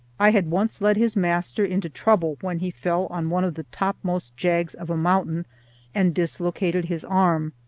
i had once led his master into trouble, when he fell on one of the topmost jags of a mountain and dislocated his arm